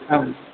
आम्